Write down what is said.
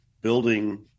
building